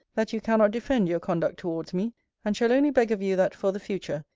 that you cannot defend your conduct towards me and shall only beg of you, that, for the future,